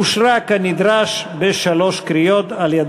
נתקבל.